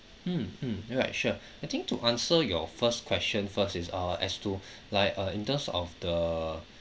mm mm all right sure I think to answer your first question first is uh as to like uh in terms of the